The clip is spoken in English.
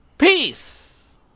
Peace